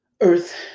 earth